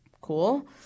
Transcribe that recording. cool